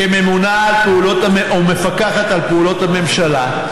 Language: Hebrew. וכמפקחת על פעולות הממשלה.